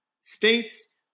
States